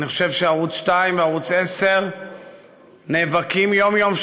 אני חושב שערוץ 2 וערוץ 10 נאבקים יום-יום,